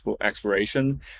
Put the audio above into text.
exploration